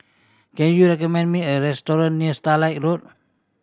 can you recommend me a restaurant near Starlight Road